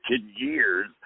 years